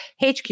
HQ